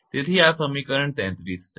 તેથી આ સમીકરણ 33 છે